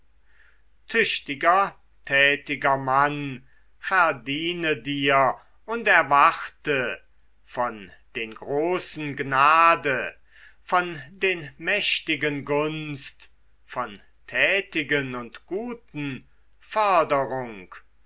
tüchtiger tätiger mann verdiene dir und erwarte von den großen gnade von den mächtigen gunst von tätigen und guten förderung